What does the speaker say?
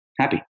happy